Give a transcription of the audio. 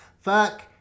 Fuck